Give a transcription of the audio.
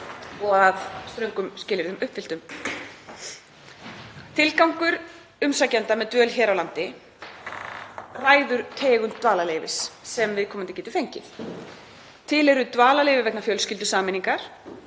og að ströngum skilyrðum uppfylltum. Tilgangur umsækjenda með dvöl hér á landi ræður tegund dvalarleyfis sem viðkomandi getur fengið. Til eru dvalarleyfi vegna fjölskyldusameiningar.